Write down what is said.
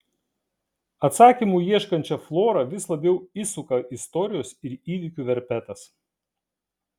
atsakymų ieškančią florą vis labiau įsuka istorijos ir įvykių verpetas